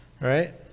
right